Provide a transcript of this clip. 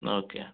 okay